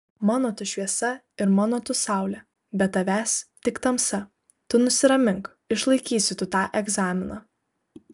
mano tu šviesa ir mano tu saulė be tavęs tik tamsa tu nusiramink išlaikysi tu tą egzaminą